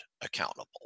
accountable